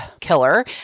killer